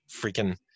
freaking